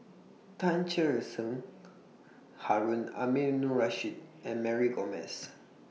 Tan Cher Sen Harun Aminurrashid and Mary Gomes